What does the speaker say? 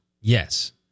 Yes